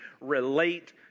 relate